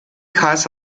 has